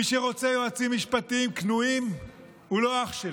מי שרוצה יועצים משפטיים כנועים הוא לא אח שלי,